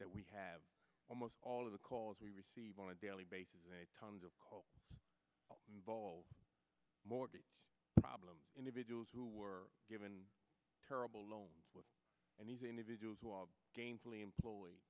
that we have almost all of the calls we receive on a daily basis tons of involve mortgage problem individuals who were given terrible loans and these individuals who are gainfully employed